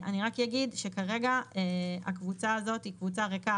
אני רק אגיד שכרגע הקבוצה הזאת היא קבוצה ריקה,